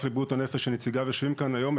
לבריאות הנפש שנציגיו יושבים כאן היום,